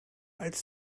als